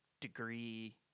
degree